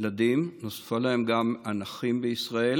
את 500 השקלים נוספו גם הנכים בישראל.